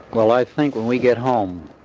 well i think when we get home,